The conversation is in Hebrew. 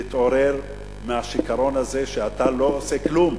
תתעורר מהשיכרון הזה שאתה לא עושה כלום,